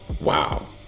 Wow